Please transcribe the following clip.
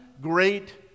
great